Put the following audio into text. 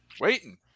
Waiting